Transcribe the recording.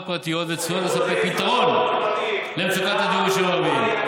פרטיות וצפויות לספק פתרון למצוקת הדיור ביישובים הערביים.